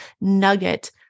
nugget